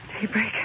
Daybreak